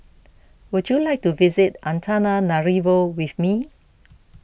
would you like to visit Antananarivo with me